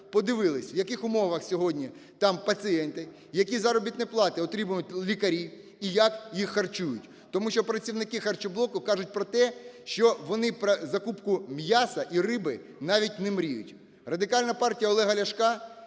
подивились в яких умовах там пацієнти, які заробітні плати отримують лікарі і як їх харчують, тому що працівники харчоблоку кажуть про те, що вони про закупку м'яса і риби навіть не мріють, Радикальна партія Олега Ляшка